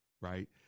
right